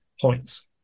points